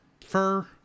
fur